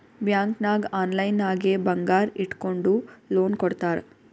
bank ನಾಗ್ online ನಾಗೆ ಬಂಗಾರ್ ಇಟ್ಗೊಂಡು ಲೋನ್ ಕೊಡ್ತಾರ್